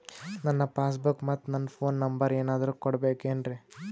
ನನ್ನ passbook ಮತ್ ನನ್ನ ಫೋನ್ ನಂಬರ್ ಏನಾದ್ರು ಕೊಡಬೇಕೆನ್ರಿ?